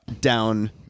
down